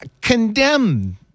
condemned